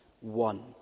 One